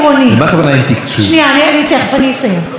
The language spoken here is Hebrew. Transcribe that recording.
לא, לא, אני שואל, את תקבלי עוד חצי דקה,